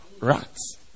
rats